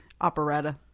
Operetta